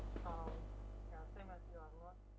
um ya same as uh what